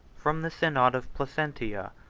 from the synod of placentia,